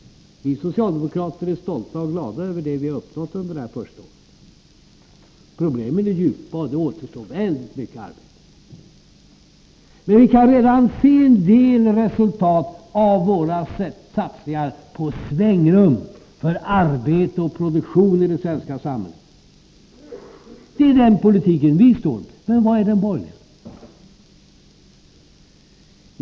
Vi socialdemokrater är stolta och glada över det vi har uppnått under detta första år. Problemen är djupa, och det återstår väldigt mycket arbete. Men vi kan redan se en del resultat av våra satsningar på svängrum för arbete och produktion i det svenska samhället. Det är den politiken vi står för, men vad är den borgerliga?